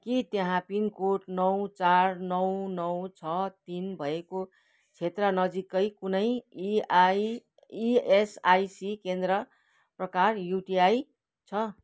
के त्यहाँ पिनकोड नौ चार नौ नौ छ तिन भएको क्षेत्र नजिकै कुनै ईआई ईएसआईसी केन्द्र प्रकार युटिआई छ